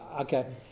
Okay